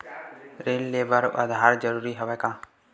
ऋण ले बर आधार जरूरी हवय का?